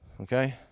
Okay